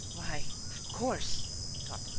why, of course, he thought,